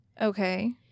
Okay